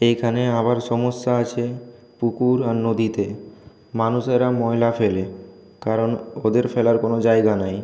এখানে আবার সমস্যা আছে পুকুর আর নদীতে মানুষেরা ময়লা ফেলে কারণ ওদের ফেলার কোনো জায়গা নাই